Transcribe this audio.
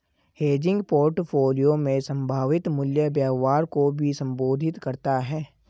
hedging portfolio में संभावित मूल्य व्यवहार को भी संबोधित करता हैं